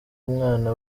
umwana